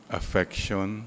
affection